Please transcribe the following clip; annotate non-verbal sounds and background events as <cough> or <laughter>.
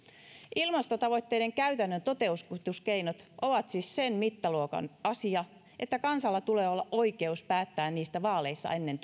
ilmastotavoitteiden käytännön toteutuskeinot ovat siis sen mittaluokan asia että kansalla tulee olla oikeus päättää niistä vaaleissa ennen <unintelligible>